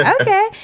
okay